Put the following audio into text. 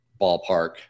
ballpark